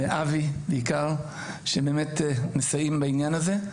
לאבי בעיקר שבאמת מסייעים בעניין הזה,